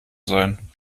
sein